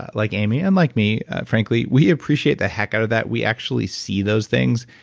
like amy, and like me, frankly, we appreciate the heck out of that. we actually see those things.